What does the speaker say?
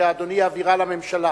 שאדוני יעבירה לממשלה: